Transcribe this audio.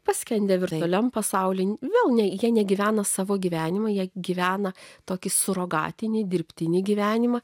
paskendę virtualiam pasaulyje gal ne jie negyvena savo gyvenimą jie gyvena tokį surogatinį dirbtinį gyvenimą